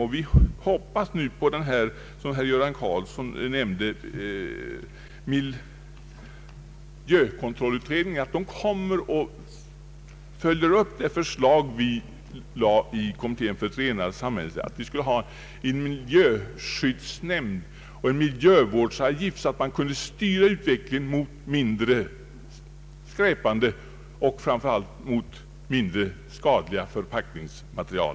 Såsom herr Göran Karlsson nämnde hoppas vi nu på att miljökontrollutredningen följer upp det förslag som vi framförde i Kommittén för ett renare samhälle, nämligen förslaget om en miljöskyddsnämnd och en miljövårdsavgift så att man kunde styra utvecklingen mot mindre skräpande och skadliga förpackningsmaterial.